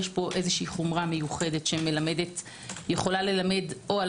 יש פה חומרה מיוחדת שיכולה ללמד או על